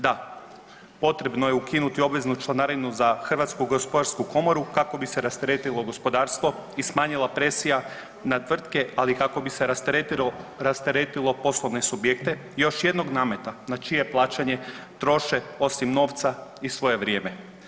Da, potrebno je ukinuti obveznu članarinu za HGK kako bi se rasteretilo gospodarstvo i smanjila presija na tvrtke, ali kako bi se rasteretilo poslovne subjekte još jednog nameta na čije plaćanje troše osim novca i svoje vrijeme.